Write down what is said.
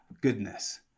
goodness